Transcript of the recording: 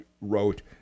wrote